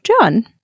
John